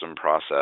process